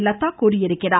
லதா தெரிவித்துள்ளார்